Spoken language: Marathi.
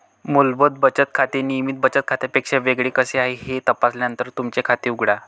मूलभूत बचत खाते नियमित बचत खात्यापेक्षा वेगळे कसे आहे हे तपासल्यानंतरच तुमचे खाते उघडा